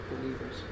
believers